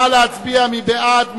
נא להצביע, מי בעד?